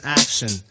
action